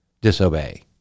disobey